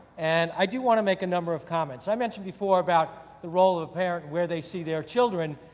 and, i do want to make a number of comments. i mentioned before about the role of the parent, where they see their children,